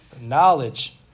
knowledge